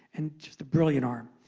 and just a brilliant arm.